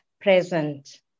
present